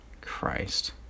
christ